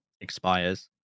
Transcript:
expires